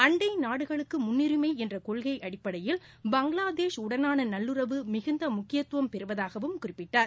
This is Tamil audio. அன்டை நாடுகளுக்கு முன்னுரிமை என்ற கொள்கை அடிப்படையில் பங்களாதேஷ் உடனான நல்லுநவு மிகுந்த முக்கியத்துவம் பெறுவதாகவும் குறிப்பிட்டார்